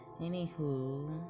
anywho